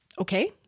Okay